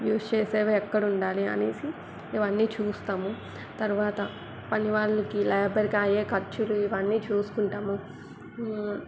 use చేసేవి ఎక్కడ ఉండాలి అని ఇవన్నీ చూస్తాము తరువాత పనివాళ్ళకి లేబర్కి అయ్యే ఖర్చులు ఇవన్నీ చూసుకుంటాము